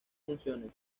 funciones